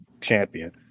champion